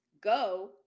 go